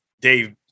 Dave